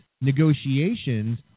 negotiations